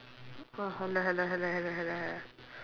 ah